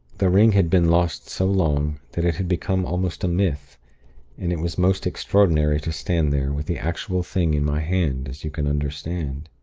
the ring had been lost so long, that it had become almost a myth and it was most extraordinary to stand there, with the actual thing in my hand, as you can understand.